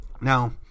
Now